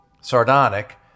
sardonic